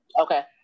Okay